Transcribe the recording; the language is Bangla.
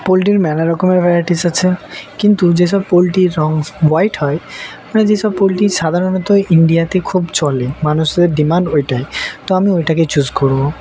পোলট্রির নানা রকমের ভ্যারাইটিস আছে কিন্তু যেসব পোলট্রির রঙ হোয়াইট হয় মানে যেসব পোলট্রি সাধারণত ইন্ডিয়াতে খুব চলে মানুষের ডিমান্ড ওইটাই তো আমি ওইটাকে চুজ করব